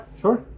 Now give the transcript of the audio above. sure